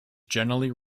generally